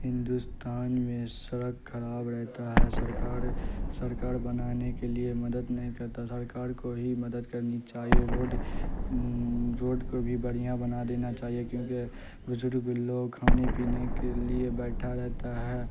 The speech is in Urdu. ہندوستان میں سڑک خراب رہتا ہے سرکار سرکار بنانے کے لیے مدد نہیں کرتا سرکار کو ہی مدد کرنی چاہیے روڈ روڈ کو بھی بڑھیاں بنا دینا چاہیے کیونکہ بزرگ لوگ کھانے پینے کے لیے بیٹھا رہتا ہے